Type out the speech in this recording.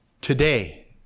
today